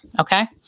Okay